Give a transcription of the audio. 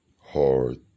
hard